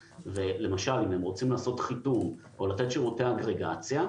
ולמשל אם הם רוצים לעשות חיתום או לתת שירותי אנטריגציה,